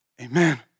Amen